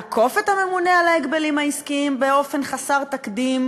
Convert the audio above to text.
לעקוף את הממונה על ההגבלים העסקיים באופן חסר תקדים,